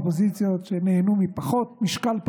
האופוזיציות שנהנו מפחות משקל פרלמנטרי,